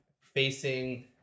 facing